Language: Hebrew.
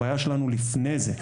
הבעיה שלנו לפני זה.